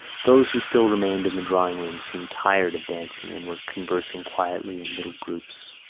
those who still remained in the drawing-room seemed tired of dancing and were conversing quietly in little groups.